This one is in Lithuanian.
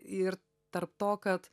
ir tarp to kad